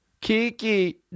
Kiki